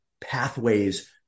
Pathways